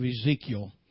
Ezekiel